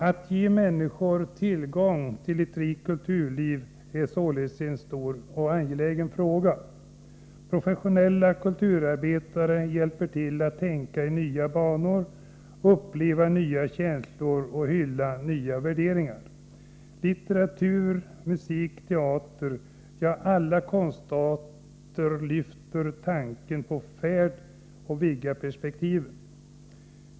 Att ge människor tillgång till ett rikt kulturliv är således en stor och angelägen fråga. Professionella kulturarbetare hjälper till att tänka i nya banor, uppleva nya känslor och hylla nya värderingar. Litteratur, musik, teater, ja alla konstarter lyfter tanken på färd och vidgar perspektiven.